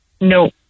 no